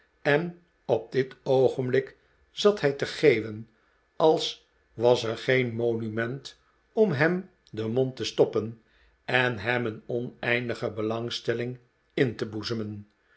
en op dit oogenblik zat hij te geeuwen als was er geen monument om hem den mond te stoppen en hem een oneindige belangstelling in te boezemen